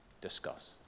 Discuss